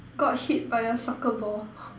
got hit by a soccer ball